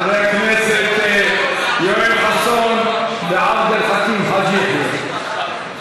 חברי הכנסת יואל חסון ועבד אל חכים חאג' יחיא,